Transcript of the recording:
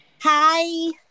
Hi